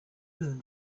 moon